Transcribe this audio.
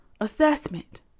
assessment